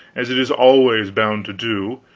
as it is always bound to do,